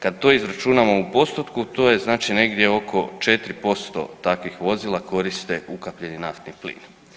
Kad to izračunamo u postotku to je znači negdje oko 4% takvih vozila koriste ukapljeni naftni plin.